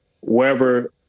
wherever